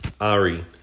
Ari